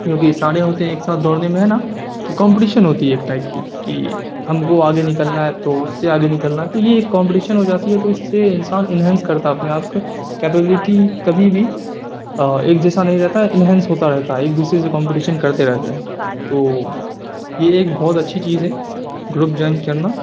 کیونکہ سارے ہوتے ہیں ایک ساتھ دوڑنے میں ہے نا کہ کمپٹیشن ہوتی ہے ایک ٹائپ کی کہ ہم کو آگے نکلنا ہے تو اس سے آگے نکلنا ہے تو یہ کمپٹیشن ہو جاتی ہے تو اس سے انسان انہینس کرتا ہے اپنے آپ کو کپبلٹی کبھی بھی ایک جیسا نہیں رہتا ہے انہینس ہوتا رہتا ہے ایک دوسرے سے کمپٹیشن کرتے رہتے ہیں تو یہ ایک بہت اچھی چیز ہے گروپ جوائن کرنا